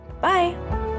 Bye